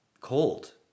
cold